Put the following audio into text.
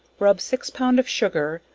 rub six pound of sugar,